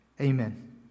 Amen